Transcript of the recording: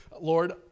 Lord